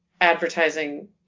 advertising